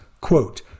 quote